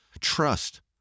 trust